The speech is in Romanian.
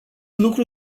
lucru